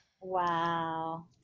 Wow